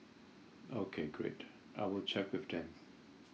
okay great I will check with that